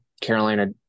Carolina